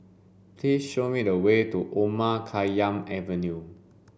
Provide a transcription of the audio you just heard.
please show me the way to Omar Khayyam Avenue